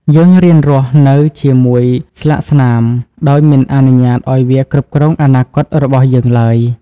យើងរៀនរស់នៅជាមួយស្លាកស្នាម ដោយមិនអនុញ្ញាតឱ្យវាគ្រប់គ្រងអនាគតរបស់យើងឡើយ។